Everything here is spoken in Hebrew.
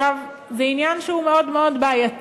עכשיו, זה עניין שהוא מאוד מאוד בעייתי,